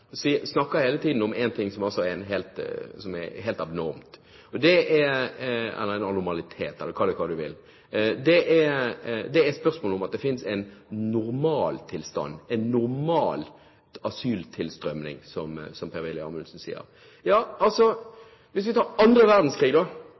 si at Per-Willy Amundsen snakker hele tiden om én ting som er helt abnormt, eller en anormalitet – kall det hva du vil. Det er spørsmålet om det finnes en normaltilstand – en normal asyltilstrømning, som Per-Willy Amundsen sier.